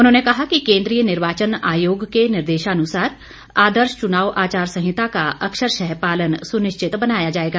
उन्होंने कहा कि केंद्रीय निर्वाचन आयोग के निर्देशानुसार आदर्श चुनाव आचार संहिता का अक्षरशः पालन सुनिश्चित बनाया जाएगा